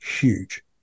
huge